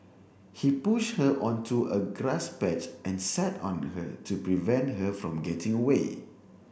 he pushed her onto a grass patch and sat on her to prevent her from getting away